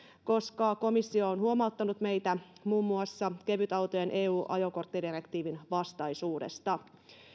koska komissio on huomauttanut meitä muun muassa kevytautojen eu ajokorttidirektiivin vastaisuudesta